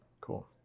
Cool